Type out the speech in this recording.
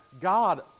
God